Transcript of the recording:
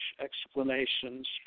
explanations